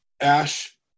Ash